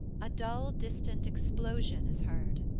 a dull distant explosion is heard.